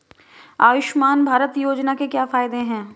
आयुष्मान भारत योजना के क्या फायदे हैं?